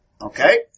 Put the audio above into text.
Okay